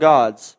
God's